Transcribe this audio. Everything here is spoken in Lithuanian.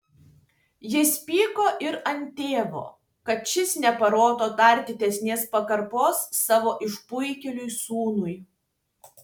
jis pyko ir ant tėvo kad šis neparodo dar didesnės pagarbos savo išpuikėliui sūnui